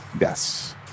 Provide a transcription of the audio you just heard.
Yes